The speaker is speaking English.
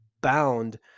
bound